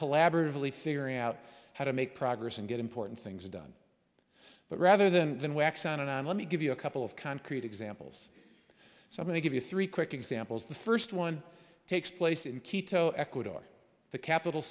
collaboratively figuring out how to make progress and get important things done but rather than wax on and on let me give you a couple of concrete examples so i want to give you three quick examples the first one takes place in quito ecuador the capital